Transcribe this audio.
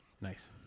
Nice